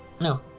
No